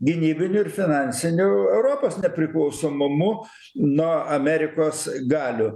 gynybiniu ir finansiniu europos nepriklausomumu nuo amerikos galių